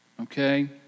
Okay